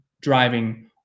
driving